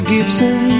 Gibson